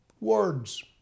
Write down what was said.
Words